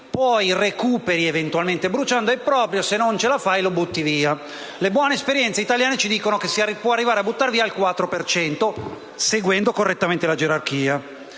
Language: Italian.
poi recuperi, eventualmente bruciando, e poi, se proprio non ce la fai, butti via il rifiuto. Le buone esperienze italiane ci dicono che si può arrivare a buttar via il 4 per cento, seguendo correttamente la gerarchia.